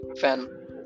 fan